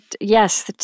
Yes